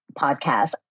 podcast